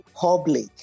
public